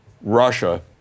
Russia